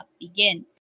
begin